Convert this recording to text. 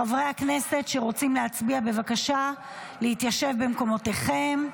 חברי הכנסת שרוצים להצביע, בבקשה לשבת במקומותיכם.